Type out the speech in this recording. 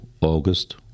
August